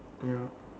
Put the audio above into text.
ya